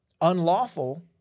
unlawful